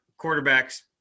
quarterbacks